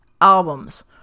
albums